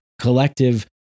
collective